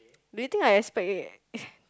do you think I expect it